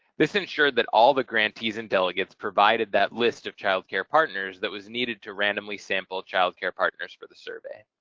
this ensured that all the grantees and delegates provided that list of child care partners that was needed to randomly sample child care partners for the survey.